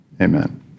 amen